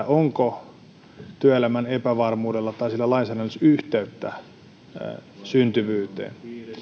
onko työelämän epävarmuudella tai sillä lainsäädännöllä yhteyttä syntyvyyteen